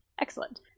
Excellent